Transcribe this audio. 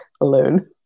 alone